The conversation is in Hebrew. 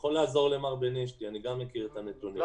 לעזור למר בנישתי, אני גם מכיר את הנתונים.